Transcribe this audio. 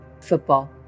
Football